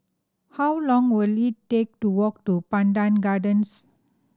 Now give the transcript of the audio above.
how long will it take to walk to Pandan Gardens